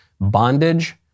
bondage